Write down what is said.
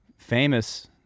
Famous